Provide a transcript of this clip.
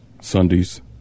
Sundays